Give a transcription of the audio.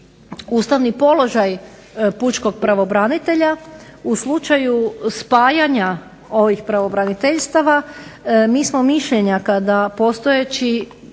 ustavni položaj pučki pravobranitelja u slučaju spajanja ovih pravobraniteljstava, mi smo mišljenja kada postojeći